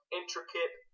intricate